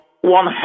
one